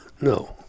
No